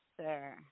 sir